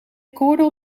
akkoorden